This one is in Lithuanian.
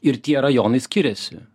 ir tie rajonai skiriasi